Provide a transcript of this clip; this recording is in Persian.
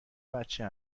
بچه